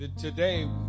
Today